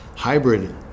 hybrid